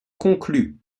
conclus